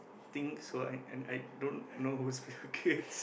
think so and and I don't know who's Bill-Gates